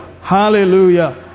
hallelujah